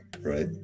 right